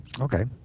Okay